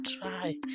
try